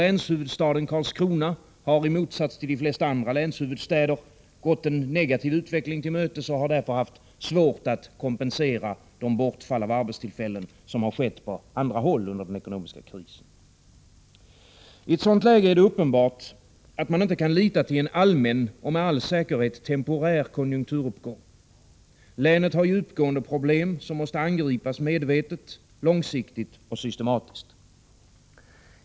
Länshuvudstaden Karlskrona har i motsats till de flesta andra länshuvudstäder gått en negativ utveckling till mötes och har haft svårt att kompensera bortfallande arbetstillfällen, vilket har kunnat ske på andra håll under den ekonomiska krisen. I ett sådant läge är det uppenbart att man inte kan lita till en allmän och med all säkerhet temporär konjunkturuppgång. Länet har djupgående problem som måste angripas medvetet, långsiktigt och systematiskt.